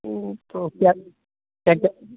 तो तो क्या क्या क्या